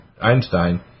Einstein